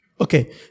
Okay